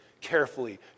carefully